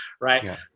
right